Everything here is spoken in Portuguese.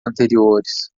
anteriores